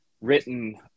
written